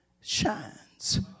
shines